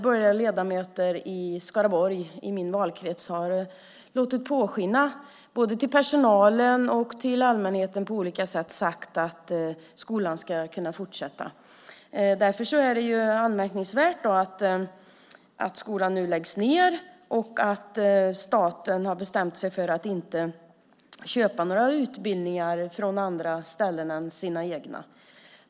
Borgerliga ledamöter i Skaraborg, min valkrets, har dock låtit påskina, både för personalen och på olika sätt för allmänheten, att skolan ska kunna fortsätta att vara i gång. Därför är det anmärkningsvärt att skolan nu läggs ned och att staten har bestämt sig för att inte köpa några utbildningar från andra än sina egna.